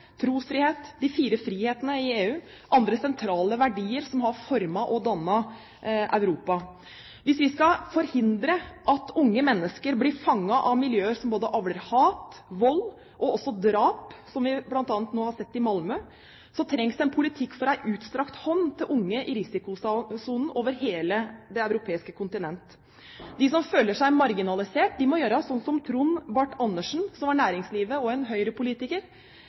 trosfrihet, de fire frihetene i EU og andre sentrale verdier som har formet og dannet Europa. Hvis vi skal forhindre at unge mennesker blir fanget av miljøer som både avler hat, vold og også drap, som vi bl.a. nå har sett i Malmö, trengs det en politikk for en utstrakt hånd til unge i risikosonen over hele det europeiske kontinent. De som føler seg marginalisert, må si som Trond Barth Andersen, som var næringsdrivende og